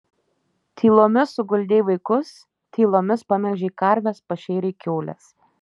tylomis suguldei vaikus tylomis pamelžei karves pašėrei kiaules